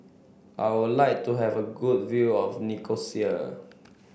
I would like to have a good view of Nicosia